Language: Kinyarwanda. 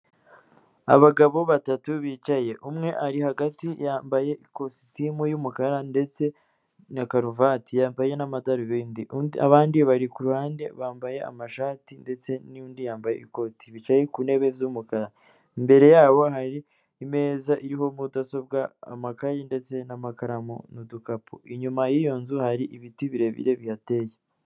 Abagabo batatu bicaye, umwe ari hagati yambaye ikositimu y'umukara ndetse na karuvati, yambaye n'amadarubindi, abandi bari kuru ruhande bambaye amashati ndetse n'undi yambaye ikoti, bicaye ku ntebe z'umukara, imbere yabo hari imeza iriho mudasobwa, amakayi ndetse n'amakaramu, n'udukapu. Inyuma y'iyo nzu hari ibiti birebire bihateye.